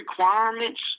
requirements